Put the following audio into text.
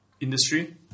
industry